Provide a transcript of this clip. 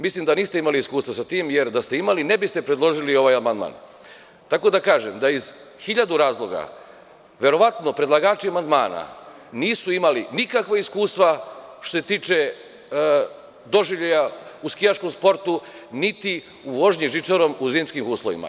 Mislim da niste imali iskustva sa tim jer da ste imali, ne bi ste predložili ovaj amandman, tako da kažem da iz hiljadu razloga verovatno predlagači amandmana nisu imali nikakva iskustva što se tiče doživljaja u skijaškom sportu, niti u vožnji žičarom u zimskim uslovima.